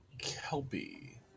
Kelby